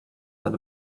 that